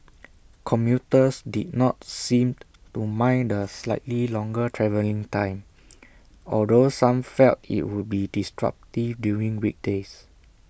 commuters did not seem to mind the slightly longer travelling time although some felt IT would be disruptive during weekdays